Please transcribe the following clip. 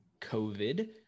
covid